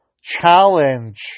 challenge